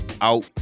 out